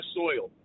soil